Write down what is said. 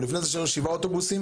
אבל לפני כן נשרפו שבעה אוטובוסים.